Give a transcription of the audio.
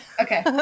okay